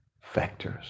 factors